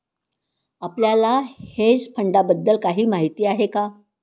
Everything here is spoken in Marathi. आपल्याला हेज फंडांबद्दल काही माहित आहे का?